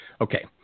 Okay